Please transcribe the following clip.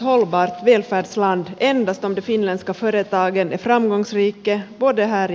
med de lagförslag som vi nu behandlar här i